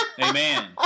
Amen